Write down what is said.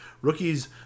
Rookies